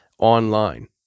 Online